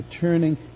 Turning